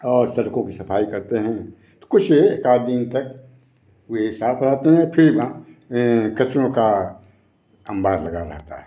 और सड़कों की सफाई करते हैं तो कुछ एकाध दिन तक वे साफ रहते हैं फिर वहाँ कचरों का अंबार लगा रहता है